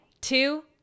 two